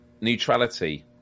Neutrality